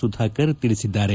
ಸುಧಾಕರ್ ತಿಳಿಸಿದ್ದಾರೆ